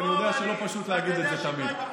ואני יודע שלא פשוט להגיד את זה תמיד.